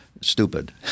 stupid